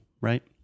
right